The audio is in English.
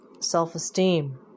self-esteem